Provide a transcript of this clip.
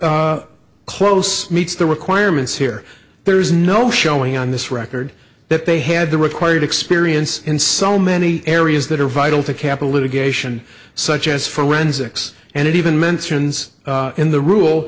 close meets the requirements here there is no showing on this record that they had the required experience in so many areas that are vital to kapalua geisha and such as forensics and it even mentions in the rule